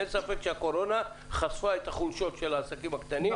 אין ספק שהקורונה חשפה את החולשות של העסקים הקטנים.